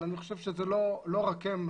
אבל אני חושב שזה לא רק הם.